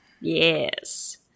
Yes